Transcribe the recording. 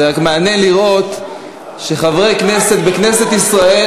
זה רק מעניין לראות שחברי כנסת בכנסת ישראל,